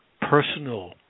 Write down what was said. personal